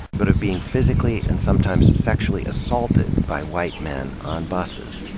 but of being physically and sometimes sexually assaulted by white men on buses,